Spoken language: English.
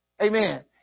Amen